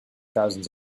thousands